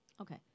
Okay